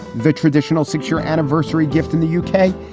the traditional six year anniversary gift in the u k,